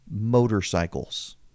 motorcycles